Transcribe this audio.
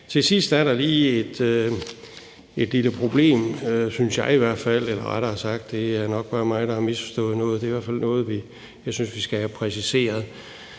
Til sidst er der lige et lille problem, synes jeg i hvert fald, eller rettere sagt er det nok bare mig, der har misforstået noget. Det er i hvert fald noget, jeg synes vi skal have præciseret.